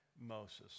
Moses